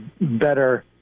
better